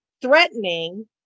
Threatening